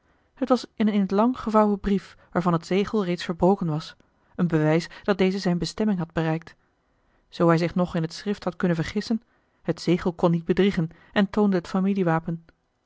het was een in t lang gevouwen brief waarvan het zegel reeds verbroken was een bewijs dat deze zijne bestemming had bereikt zoo hij zich nog in het schrift had kunnen vergissen het zegel kon niet bedriegen en toonde het